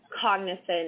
cognizant